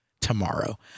tomorrow